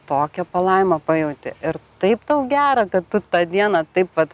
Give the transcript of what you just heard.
tokią palaimą pajauti ir taip tau gera kad tu tą dieną taip vat